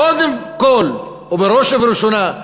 קודם כול ובראש ובראשונה,